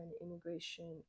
immigration